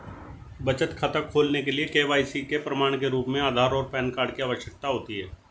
बचत खाता खोलने के लिए के.वाई.सी के प्रमाण के रूप में आधार और पैन कार्ड की आवश्यकता होती है